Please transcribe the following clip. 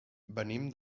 venim